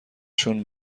شون